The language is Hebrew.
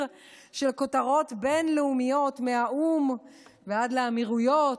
של כותרות בין-לאומיות מהאו"ם ועד לאמירויות.